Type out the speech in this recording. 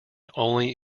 only